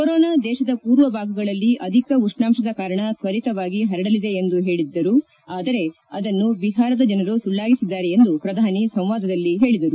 corona ದೇಶದ ಪೂರ್ವಭಾಗಗಳಲ್ಲಿ ಅಧಿಕ ಉಷ್ಣಾಂಶದ ಕಾರಣ ತ್ವರಿತವಾಗಿ ಹರಡಲಿದೆ ಎಂದು ಹೇಳಿದ್ದರು ಆದರೆ ಅದನ್ನು ಬಿಹಾರದ ಜನರು ಸುಳ್ನಾಗಿಸಿದ್ದಾರೆ ಎಂದು ಪ್ರಧಾನಿ ಸಂವಾದದಲ್ಲಿ ಹೇಳಿದರು